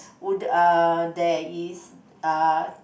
wood uh there is uh